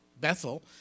Bethel